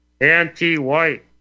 anti-white